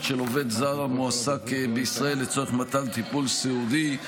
של עובד זר המועסק בישראל לצורך מתן טיפול סיעודי.